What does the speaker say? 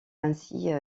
ainsi